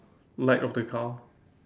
light of the car